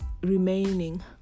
remaining